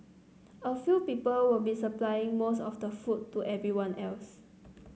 a few people will be supplying most of the food to everyone else